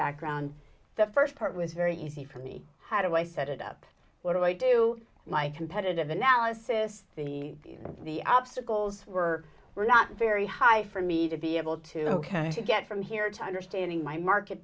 background the first part was very easy for me how do i set it up what do i do my competitive analysis see the obstacles were were not very high for me to be able to ok to get from here to understanding my market